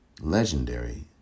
legendary